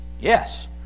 Yes